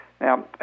Now